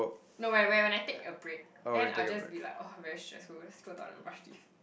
no when when I take a break then I will just be like oh very stressful let's go toilet and brush teeth